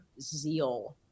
zeal